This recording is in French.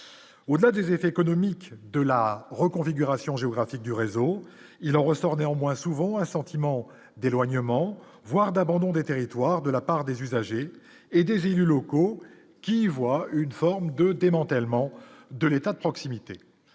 au-delà des effets économiques de la reconfiguration géographique du réseau, il en ressort néanmoins souvent un sentiment d'éloignement, voire d'abandon des territoires de la part des usagers et des élus locaux qui voient une forme de démantèlement de l'État de proximité,